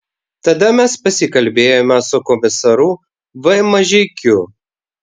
tada mes pasikalbėjome su komisaru v mažeikiu